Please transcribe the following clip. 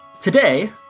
today